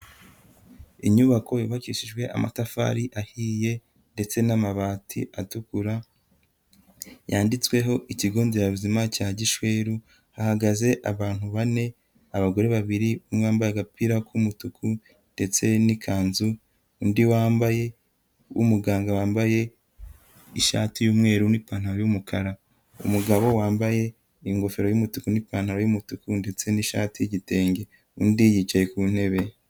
Inyubako yubakishijwe amatafari ahiye ndetse n'amabati atukura, yanditsweho ikigo nderabuzima cya Gishweru, hahagaze abantu bane, abagore babiri, umwe wambaye agapira k'umutuku ndetse n'ikanzu, undi wambaye, w'umuganga wambaye, ishati y'umweru n'ipantaro y'umukara. Umugabo wambaye ingofero y'umutuku n'ipantaro y'umutuku ndetse n'ishati y'igitenge. Undi yicaye ku ntebe.